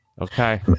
Okay